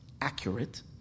accurate